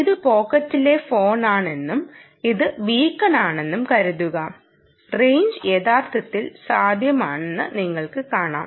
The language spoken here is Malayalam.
ഇത് പോക്കറ്റിലെ ഫോണാണെന്നും ഇത് ബീക്കണാണെന്നും കരുതുക റെയിഞ്ച് യഥാർത്ഥത്തിൽ സാധ്യമാണെന്ന് നിങ്ങൾ കാണും